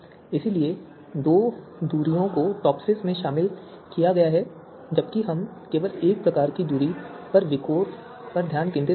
इसलिए दो दूरियों को टॉपसिस में शामिल किया गया है जबकि हम केवल एक प्रकार की दूरी पर विकोर पर ध्यान केंद्रित करते हैं